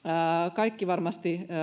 kaikki varmasti